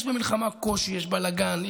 יש במלחמה קושי ויש בלגן.